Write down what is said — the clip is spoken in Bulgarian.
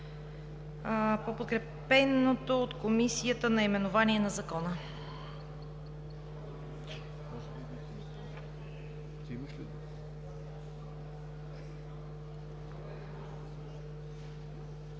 по подкрепеното от Комисията наименование на Закона.